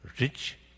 rich